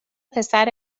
پسر